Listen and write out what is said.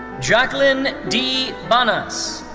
jacquelyn dee banas.